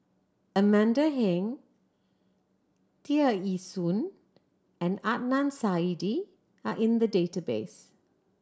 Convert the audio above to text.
Amanda Heng Tear Ee Soon and Adnan Saidi are in the database